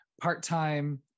part-time